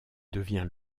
devient